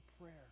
prayer